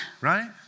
right